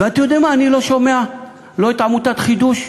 ואני לא שומע לא את עמותת חדו"ש,